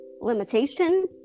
limitation